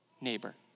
neighbor